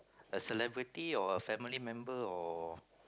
a celebrity or a family member or